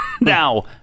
Now